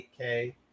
8k